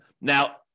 Now